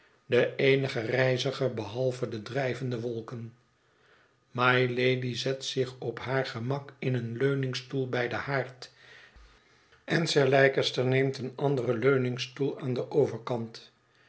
de eenige reiziger behalve de drijvende wolken mylady zet zich op haar gemak in een leuningstoel bij don haard en sir leicester neemt een anderen leuningstoel aan den overkant